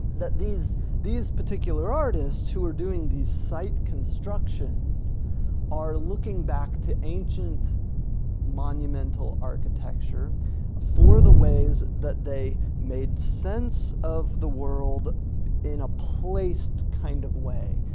these these particular artists who are doing these site constructions are looking back to ancient monumental architecture for the ways that they made sense of the world in a placed kind of way.